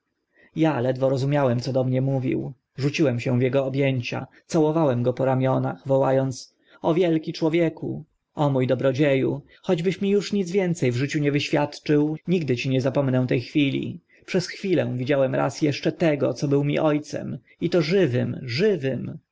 ja ledwo rozumiałem co do mnie mówił rzuciłem się w ego ob ęcia całowałem go po ramionach woła ąc o wielki człowieku o mó dobrodzie u choćbyś mi uż nic więce w życiu nie wyświadczył nigdy ci nie zapomnę te chwili przez ciebie widziałem raz eszcze tego co był mi o cem i to żywym